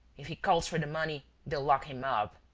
if he calls for the money, they'll lock him up!